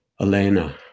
Elena